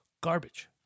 garbage